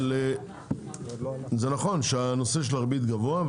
אבל זה נכון, שהריבית גבוהה.